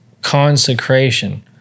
consecration